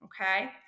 okay